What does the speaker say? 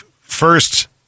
first